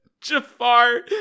jafar